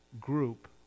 group